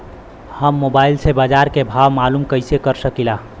हम मोबाइल से बाजार के भाव मालूम कइसे कर सकीला?